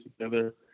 together